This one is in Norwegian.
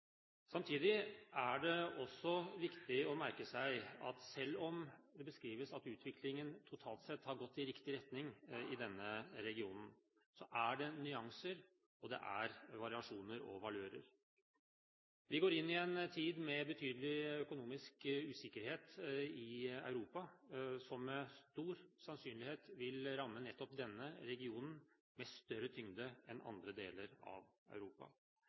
Samtidig er det også viktig å merke seg at selv om det beskrives at utviklingen totalt sett har gått i riktig retning i denne regionen, er det nyanser, og det er variasjoner og valører. Vi går inn i en tid med betydelig økonomisk usikkerhet i Europa som med stor sannsynlighet vil ramme nettopp denne regionen med større tyngde enn andre deler av Europa.